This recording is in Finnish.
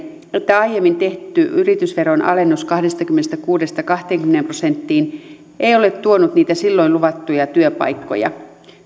että aiemmin tehty yritysveron alennus kahdestakymmenestäkuudesta kahteenkymmeneen prosenttiin ei ole tuonut niitä silloin luvattuja työpaikkoja